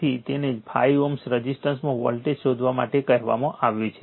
તેથી તેને 5 Ω રઝિસ્ટન્સમાં વોલ્ટેજ શોધવા માટે કહેવામાં આવ્યું છે